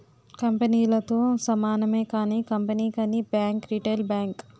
కంపెనీలతో సమానమే కానీ కంపెనీ కానీ బ్యాంక్ రిటైల్ బ్యాంక్